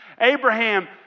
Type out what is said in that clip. Abraham